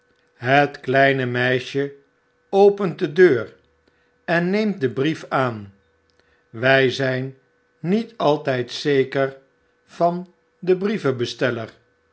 het kleine meisje opent de deur en neemt den brief aan wfl zijn niet altijd zeker van de